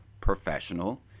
professional